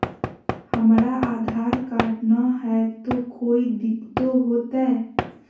हमरा आधार कार्ड न हय, तो कोइ दिकतो हो तय?